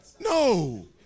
No